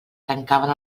tancaven